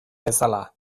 bezala